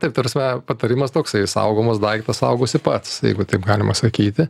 taip ta prasme patarimas toksai saugomas daiktas saugosi pats jeigu taip galima sakyti